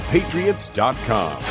Patriots.com